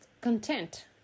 content